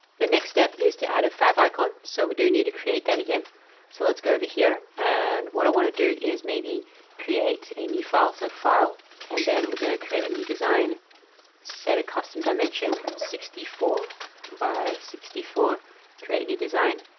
the next step is to add a five icon. so we do need to create that again so let's go over here and what i want to do is maybe create a new file so file and then we're going to create a and new design set a custom dimension sixty four by sixty four create new design